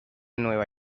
nueva